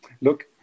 Look